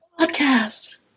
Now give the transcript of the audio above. podcast